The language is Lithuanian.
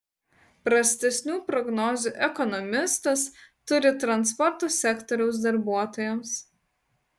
prastesnių prognozių ekonomistas turi transporto sektoriaus darbuotojams